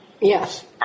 Yes